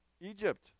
Egypt